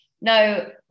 no